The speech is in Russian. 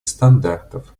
стандартов